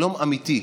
שלום אמיתי,